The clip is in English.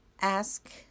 ask